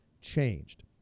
changed